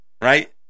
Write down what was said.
right